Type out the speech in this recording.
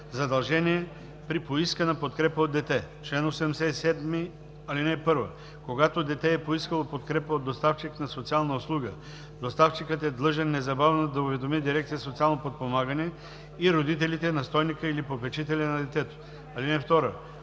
„Задължение при поискана подкрепа от дете Чл. 87. (1) Когато дете е поискало подкрепа от доставчик на социална услуга, доставчикът е длъжен незабавно да уведоми дирекция „Социално подпомагане“ и родителите, настойника или попечителя на детето. (2)